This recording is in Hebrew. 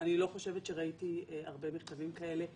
אני לא חושבת שראיתי הרבה מכתבים כאלה בימי,